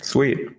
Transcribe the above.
Sweet